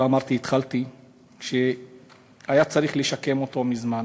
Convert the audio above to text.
והתחלתי ואמרתי שהיה צריך לשקם אותו מזמן,